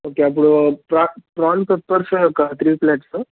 okay అప్పుడు ప్రా prawn pepper ఒక త్రీ ప్లేట్స్